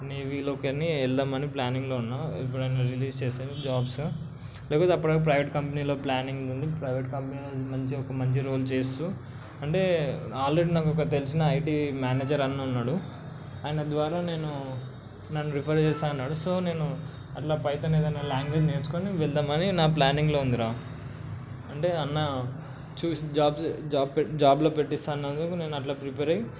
నేవీలో కానీ వెళదామని ప్లానింగ్లో ఉన్న ఎప్పుడైనా రిలీజ్ చేస్తారో జాబ్స్ లేకపోతే అప్పటివరకు ప్రైవేట్ కంపెనీలో ప్లానింగ్ ఉంది ప్రైవేట్ కంపెనీలో మంచిగా ఒక మంచి రోల్ చేస్తూ అంటే ఆల్రెడీ నాకు ఒక తెలిసిన ఐటీ మేనేజర్ అన్న ఉన్నాడు ఆయన ద్వారా నేను నన్ను రిఫర్ చేస్తా అన్నాడు సో నేను అట్లా పైతాన్ ఏదైనా లాంగ్వేజ్ నేర్చుకొని వెళదామని నా ప్లానింగ్లో ఉందిరా అంటే అన్న చూసి జాబ్ జాబ్ జాబ్లో పెట్టిస్తాను అన్నందుకు నేను అట్లా ప్రిపేర్ అయి